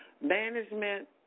Management